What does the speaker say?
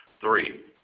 Three